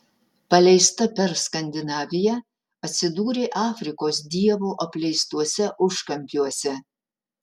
paleista per skandinaviją atsidūrė afrikos dievo apleistuose užkampiuose